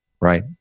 Right